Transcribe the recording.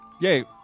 Yay